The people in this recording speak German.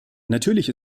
natürlich